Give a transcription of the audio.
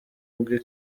ubwe